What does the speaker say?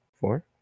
four